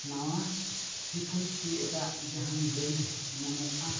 ᱱᱟᱶᱟ ᱥᱤᱯᱷᱩᱥ ᱠᱤ ᱮᱴᱟᱜ ᱡᱟᱦᱟᱱ ᱵᱨᱮᱱᱰ ᱧᱟᱢᱚᱜᱼᱟ